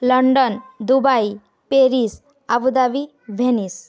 London Dubai Paris Abu Dhabi Venice